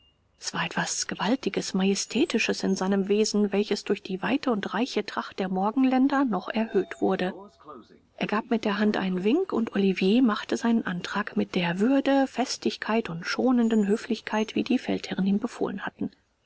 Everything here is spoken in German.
es war etwas gewaltiges majestätisches in seinem wesen welches durch die weite und reiche tracht der morgenländer noch erhöht wurde er gab mit der hand einen wink und olivier machte seinen antrag mit der würde festigkeit und schonenden höflichkeit wie die feldherren ihm befohlen hatten